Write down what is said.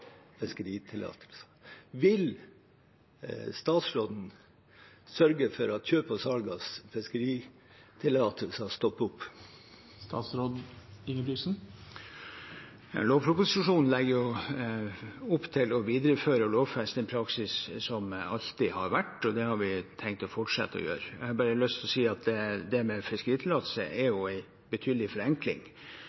fiskeritillatelser stopper opp? Lovproposisjonen legger jo opp til å videreføre og lovfeste en praksis som alltid har vært, og det har vi tenkt å fortsette å gjøre. Jeg har bare lyst til å si at det med fiskeritillatelse er